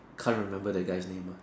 can't remember that guy's name uh